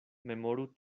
memoru